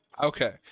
okay